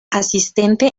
asistente